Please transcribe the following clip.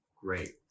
great